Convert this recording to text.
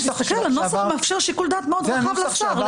הנוסח מאפשר שיקול דעת מאוד רחב לשר.